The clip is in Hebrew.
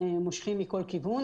שמושכים מכל כיוון,